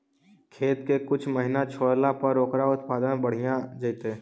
खेत के कुछ महिना छोड़ला पर ओकर उत्पादन बढ़िया जैतइ?